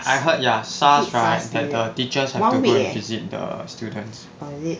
I heard ya SARS right better teachers have to go and visit the students